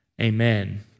Amen